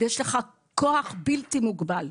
ויש לך כוח בלתי מוגבל.